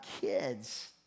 kids